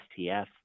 STF